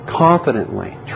confidently